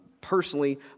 Personally